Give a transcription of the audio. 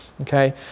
Okay